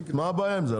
מה הבעיה עם זה?